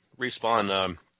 respawn